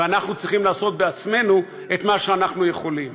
ואנחנו צריכים לעשות בעצמנו את מה שאנחנו יכולים.